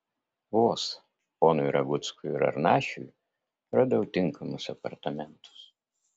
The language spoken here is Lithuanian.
vos ponui raguckui ir arnašiui radau tinkamus apartamentus